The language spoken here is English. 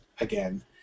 again